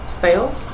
fail